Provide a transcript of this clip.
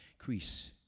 increase